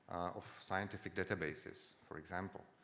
of scientific databases, for example.